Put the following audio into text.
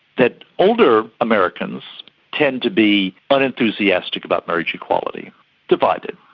that older americans tend to be unenthusiastic about marriage equality divided.